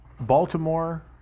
Baltimore